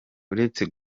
uretse